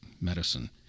medicine